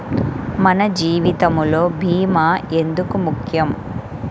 మన జీవితములో భీమా ఎందుకు ముఖ్యం?